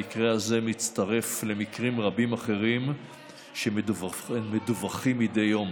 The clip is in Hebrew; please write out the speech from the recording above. המקרה הזה מצטרף למקרים רבים אחרים שמדווחים מדי יום.